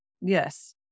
Yes